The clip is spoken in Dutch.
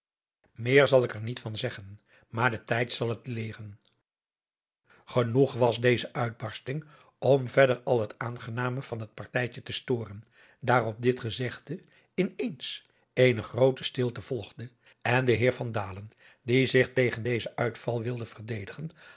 meer zal ik er niet van zeggen maar de tijd zal het leeren genoeg was deze uitbarsting om verder al het aangename van het partijtje te storen daar op dit gezegde in eens eene groote stilte volgde en de heer van dalen die zich tegen dezen uitval wilde verdedigen